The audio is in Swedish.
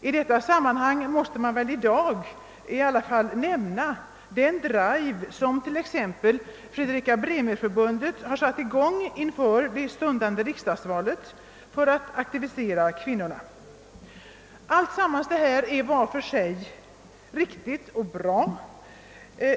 I detta sammanhang måste man väl i dag i alla fall nämna den drive, som t.ex. Fredrika Bremerförbundet har satt i gång inför det stundande riksdagsvalet för att aktivisera kvinnorna. Alltsammans detta är var för sig riktigt och bra.